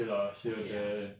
okay ah